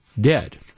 dead